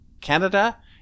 Canada